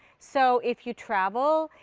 so if you travel,